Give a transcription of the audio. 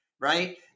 Right